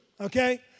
okay